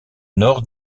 nord